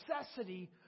necessity